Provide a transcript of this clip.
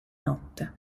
notte